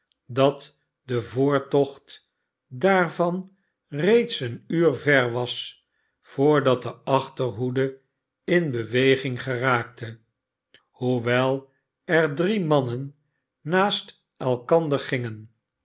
dat de voortocht daarvan reeds een uur ver was voordat de achterhoede in beweging geraakte hoewel er drie mannen naast elkander gingen